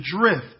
drift